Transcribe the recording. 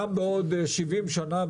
אז גם בעוד 70 שנה,